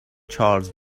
چارلز